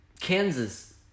Kansas